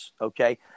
okay